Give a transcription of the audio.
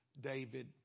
David